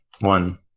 One